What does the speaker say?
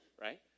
right